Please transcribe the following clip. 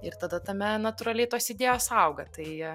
ir tada tame natūraliai tos idėjos auga tai